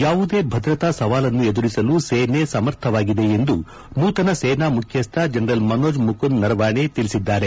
ಯಾವುದೇ ಭದ್ರತಾ ಸವಾಲನ್ನು ಎದುರಿಸಲು ಸೇನೆ ಸಮರ್ಥವಾಗಿದೆ ಎಂದು ನೂತನ ಸೇನಾ ಮುಖ್ಯಸ್ಥ ಜನರಲ್ ಮನೋಜ್ ಮುಕುಂದ್ ನರಾವಣೆ ತಿಳಿಸಿದ್ದಾರೆ